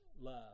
love